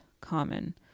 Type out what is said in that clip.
common